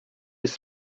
jest